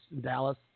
Dallas